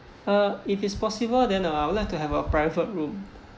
uh if it's possible then uh I would like to have a private room